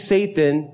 Satan